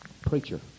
Preacher